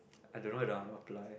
I don't know whether i want to apply